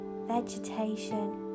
vegetation